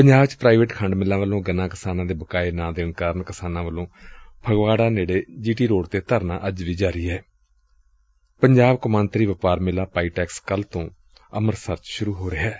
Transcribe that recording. ਪੰਜਾਬ ਚ ਪ੍ਾਇਵੇਟ ਖੰਡ ਮਿੱਲਾਂ ਵੱਲੋਂ ਗੰਨਾ ਕਿਸਾਨਾਂ ਦੇ ਬਕਾਏ ਨਾ ਦੇਣ ਕਾਰਨ ਕਿਸਾਨਾਂ ਵੱਲੋਂ ਫਗਵਾਤਾ ਨੇੜੇ ਜੀ ਟੀ ਰੋਡ ਤੇ ਧਰਨਾ ਪੰਜਾਬ ਕੌਮਾਂਤਰੀ ਵਪਾਰ ਮੇਲਾ ਪਾਈਟੈਕਸ ਕੱਲ੍ ਤੋਂ ਅੰਮ੍ਤਿਸਰ ਚ ਸੁਰੂ ਹੋ ਰਿਹੈ